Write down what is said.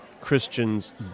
Christians